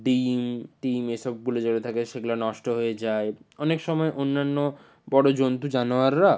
ডিম টিম এ সবগুলো যেগুলো থাকে সেগুলো নষ্ট হয়ে যায় অনেক সময় অন্যান্য বড় জন্তু জানোয়াররা